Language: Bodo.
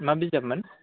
मा बिजाबमोन